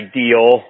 Ideal